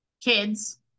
kids